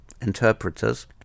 interpreters